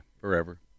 forever